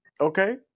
okay